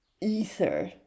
ether